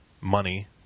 money